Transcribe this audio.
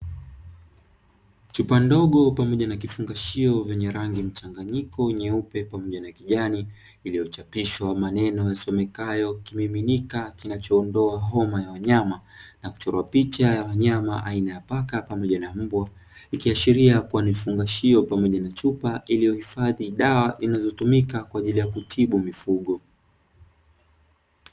Chupa ndogo pamoja na kifungashio vyenye rangi mchanganyiko nyeupe pamoja na kijani, iliyochapishwa maneno yasomekayo "Kimiminika kinachoondoa Homa Ya Wanyama" na kuchorwa picha ya wanyama aina ya paka pamoja na mbwa. Ikiashiria kuwa ni kifungashio pamoja na chupa iliyohifadhi dawa zinazotumika kwa ajili ya kutibu mifugo.